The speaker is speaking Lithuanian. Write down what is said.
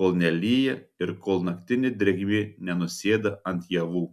kol nelyja ir kol naktinė drėgmė nenusėda ant javų